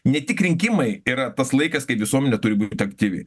ne tik rinkimai yra tas laikas kai visuomenė turi būt aktyvi